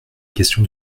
question